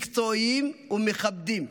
מקצועיים ומכבדים.